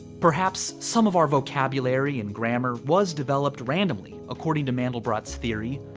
perhaps some of our vocabulary and grammar was developed randomly, according to mandelbrot's theory.